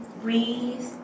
breathe